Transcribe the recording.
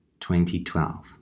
2012